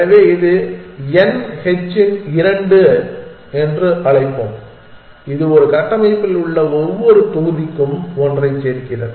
எனவே இதை H N இன் இரண்டு என்று அழைப்போம் இது ஒரு கட்டமைப்பில் உள்ள ஒவ்வொரு தொகுதிக்கும் ஒன்றைச் சேர்க்கிறது